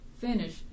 finish